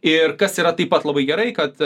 ir kas yra taip pat labai gerai kad